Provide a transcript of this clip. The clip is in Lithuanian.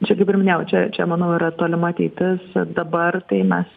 čia kaip ir minėjau čia čia manau yra tolima ateitis dabar tai mes